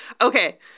Okay